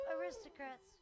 aristocrats